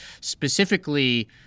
specifically